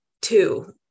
Two